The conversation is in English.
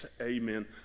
amen